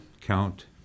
count